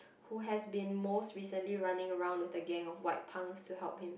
who has been most recently running around with the gang of white punks to help him